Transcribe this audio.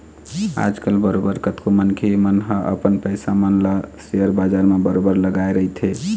आजकल बरोबर कतको मनखे मन ह अपन पइसा मन ल सेयर बजार म बरोबर लगाए रहिथे